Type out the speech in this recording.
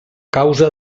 causa